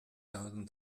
thousand